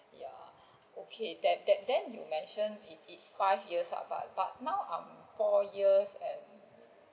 ya okay that~ that~ then you mentioned it it's five years lah but but now I'm four years and